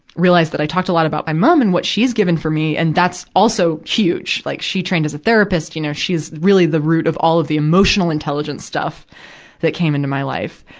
realized that i talked a lot about my mom and what she's given for me, and that's also huge. like, she trained as a therapist, you know. she is really the root of all of the emotional intelligence stuff that came into my life.